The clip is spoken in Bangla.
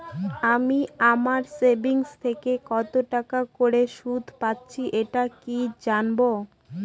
আমি আমার সেভিংস থেকে কতটাকা করে সুদ পাচ্ছি এটা কি করে জানব?